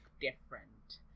different